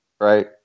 right